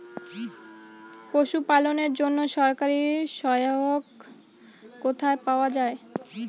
পশু পালনের জন্য সরকারি সহায়তা কোথায় পাওয়া যায়?